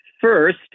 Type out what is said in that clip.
first